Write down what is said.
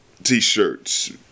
t-shirts